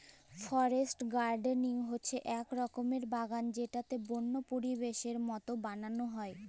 forest gardening হচ্যে এক রকমের বাগাল যেটাকে বল্য পরিবেশের মত বানাল হ্যয়